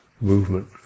movement